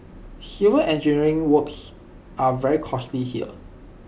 civil engineering works are very costly here